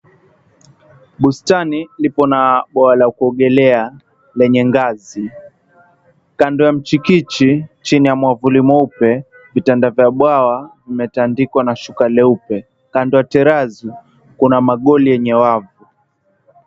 Bustani lipo na bwawa la kuogelea lenye ngazi. Kando ya mchikichi, chini ya mwavuli mweupe, vitanda vya bwawa vimetandikwa na shuka leupe. Kando ya terrazzo kuna magoli yenye wavu.